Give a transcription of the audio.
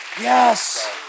yes